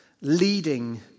leading